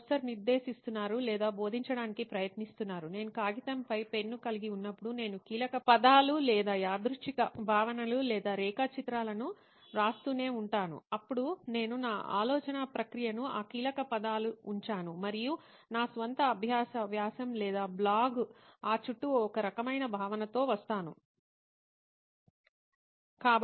professor నిర్దేశిస్తున్నారు లేదా బోధించడానికి ప్రయత్నిస్తున్నారు నేను కాగితంపై పెన్ను కలిగి ఉన్నప్పుడు నేను కీలక పదాలు లేదా యాదృచ్ఛిక భావనలు లేదా రేఖాచిత్రాలను వ్రాస్తూనే ఉంటాను అప్పుడు నేను నా ఆలోచన ప్రక్రియను ఆ కీలక పదాలు ఉంచాను మరియు నా స్వంత అభ్యాస వ్యాసం లేదా బ్లాగు ఆ చుట్టూ ఒక రకమైన భావన తో వస్తాను